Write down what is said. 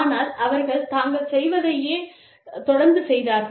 ஆனால் அவர்கள் தாங்கள் செய்வதையே தொடர்ந்து செய்தார்கள்